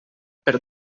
per